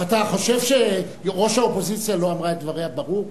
אתה חושב שראש האופוזיציה לא אמרה את דבריה ברור?